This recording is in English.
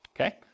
okay